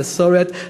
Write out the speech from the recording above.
המסורת,